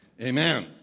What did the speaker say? Amen